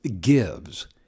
gives